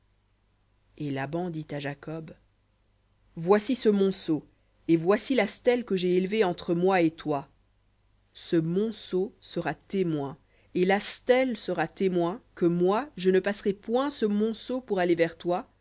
et laban dit à jacob voici ce monceau et voici la stèle que j'ai élevée entre moi et toi ce monceau sera témoin et la stèle sera témoin que moi je ne passerai point ce monceau vers toi